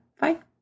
Fine